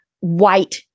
white